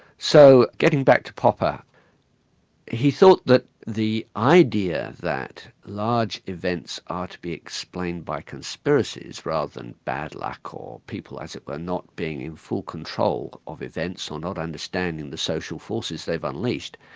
so, getting back to popper he thought that the idea that large events are to be explained by conspiracies rather than bad luck or people as it were, not being in full control of events, or not understanding the social forces they've unleashed,